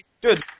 Dude